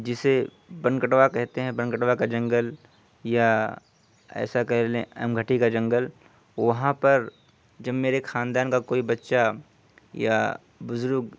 جسے بنکٹوا کہتے ہیں بنکٹوا کا جنگل یا ایسا کر لیں امگھٹی کا جنگل وہاں پر جب میرے خاندان کا کوئی بچّہ یا بزرگ